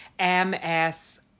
MS